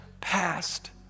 past